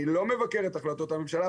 אני לא מבקר את החלטות הממשלה,